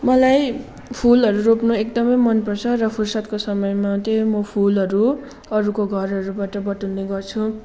मलाई फुलहरू रोप्नु एकदमै मन पर्छ र फुर्सदको समयमा त्यही म फुलहरू अरूको घरहरूबाट बटुल्ने गर्छु